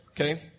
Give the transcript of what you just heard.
okay